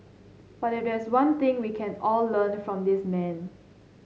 but if there's one thing we can all learn from this man